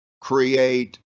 create